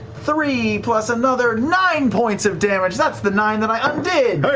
three plus another, nine points of damage! that's the nine that i undid!